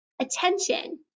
attention